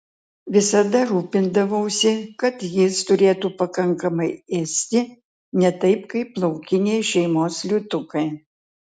visada rūpindavausi kad jis turėtų pakankamai ėsti ne taip kaip laukiniai šeimos liūtukai